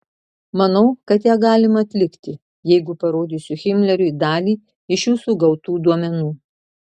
manau kad ją galima atlikti jeigu parodysiu himleriui dalį iš jūsų gautų duomenų